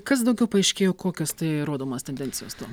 kas daugiau paaiškėjo kokios tai rodomos tendencijos